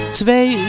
twee